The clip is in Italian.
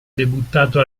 debuttato